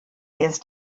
his